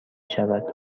شود